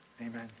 amen